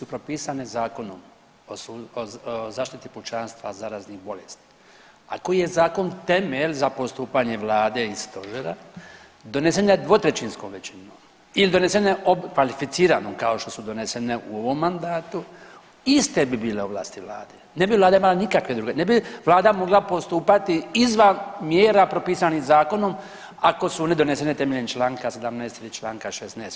Da su mjere koje su propisane Zakonom o zaštiti pučanstva od zaraznih bolesti, a koji je zakon temelj za postupanje vlade i stožera donesene dvotrećinskom većinom ili donesene kvalificiranom kao što su donesene u ovom mandatu iste bi bile ovlasti vlade, ne bi vlada imala nikakve druge, ne bi vlada mogla postupati izvan mjera propisanim zakonom ako su one donesene temeljem čl. 17. ili čl. 16.